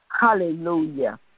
Hallelujah